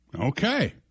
Okay